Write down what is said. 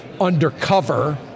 undercover